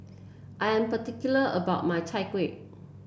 I am particular about my Chai Kueh